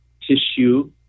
tissue